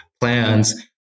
plans